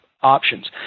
options